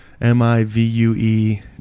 m-i-v-u-e